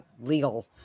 legal